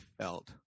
felt